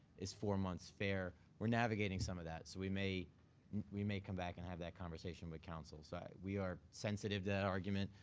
is four months fair? we're navigating some of that. so we may we may come back and have that conversation with council. so we are sensitive to that argument.